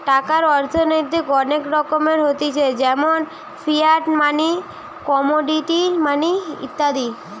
টাকার অর্থনৈতিক অনেক রকমের হতিছে যেমন ফিয়াট মানি, কমোডিটি মানি ইত্যাদি